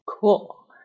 Cool